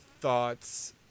thoughts